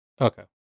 Okay